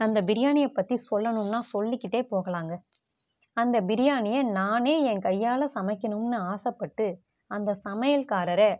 அந்த பிரியாணியை பற்றி சொல்லணும்னா சொல்லிக்கிட்டே போகலாம்ங்க அந்த பிரியாணியை நானே என் கையால் சமைக்கணும்னு ஆசைப்பட்டு அந்த சமையல்காரரை